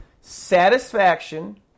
satisfaction